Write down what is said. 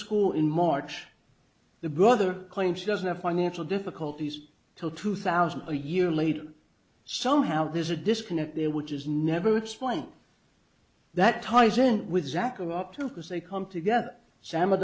school in march the brother claims he doesn't have financial difficulties till two thousand a year later somehow there's a disconnect there which is never explained that ties in with zack are up to because they come together sa